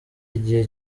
igihe